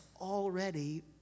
already